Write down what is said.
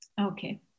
Okay